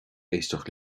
éisteacht